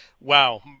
wow